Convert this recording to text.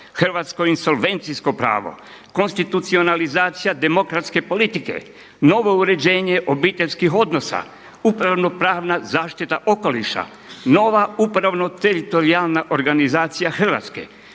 „Hrvatsko insolvencijsko pravo“, „Konstitucionalizacija demokratske politike“, „Novo uređenje obiteljskih odnosa“, „Upravno-pravna zaštita okoliša“, „Nova upravno-teritorijalna organizacija Hrvatske“,